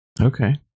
okay